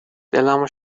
دلمو